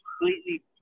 completely